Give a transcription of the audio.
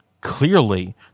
clearly